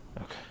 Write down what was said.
Okay